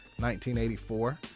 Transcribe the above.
1984